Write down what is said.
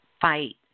fight